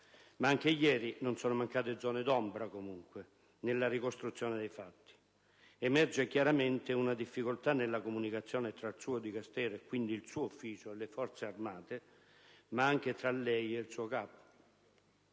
Ma anche ieri, comunque, non sono mancate zone d'ombra nella ricostruzione dei fatti. Emerge chiaramente una difficoltà nella comunicazione tra il suo Dicastero, quindi il suo ufficio, e le Forze armate, ma anche tra lei e il suo capo.